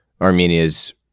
Armenia's